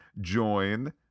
join